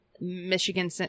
michigan